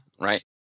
right